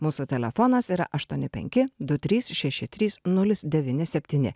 mūsų telefonas yra aštuoni penki du trys šeši trys nulis devyni septyni